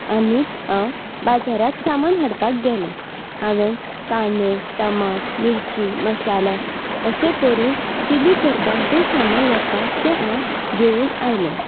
आनी हांव बाजारांत सामान हाडपाक गेलें हांवें कांदे टमाट मिर्ची मसाला अशें करून चिली करपाक जें सामान लागता तें हांव घेवन आयलें